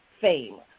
fame